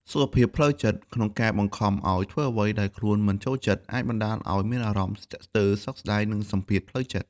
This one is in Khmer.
សុខភាពផ្លូវចិត្ត ក្នុងការបង្ខំឲ្យធ្វើអ្វីដែលខ្លួនមិនចូលចិត្ត អាចបណ្តាលឲ្យមានអារម្មណ៍ស្ទាក់ស្ទើរ សោកស្តាយ និងសំពាធផ្លូវចិត្ត។